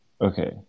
Okay